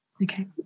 Okay